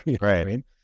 right